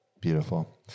Beautiful